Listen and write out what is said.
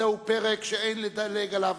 זהו פרק שאין לדלג עליו